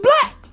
black